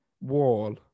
Wall